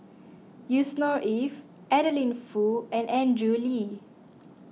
Yusnor Ef Adeline Foo and Andrew Lee